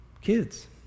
kids